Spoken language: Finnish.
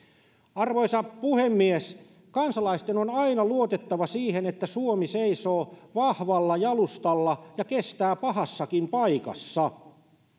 arvoisa puhemies kansalaisten on aina luotettava siihen että suomi seisoo vahvalla jalustalla ja kestää pahassakin paikassa